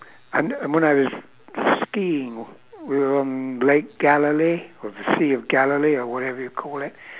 and and when I was skiing on lake galilee or the sea of galilee or whatever you call it